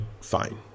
fine